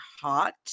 hot